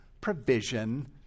provision